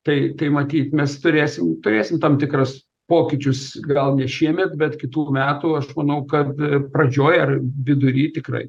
tai tai matyt mes turėsim turėsim tam tikras pokyčius gal ne šiemet bet kitų metų aš manau kad pradžioj ar vidury tikrai